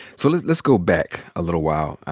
so let's go back a little while.